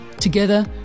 Together